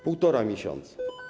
Półtora miesiąca.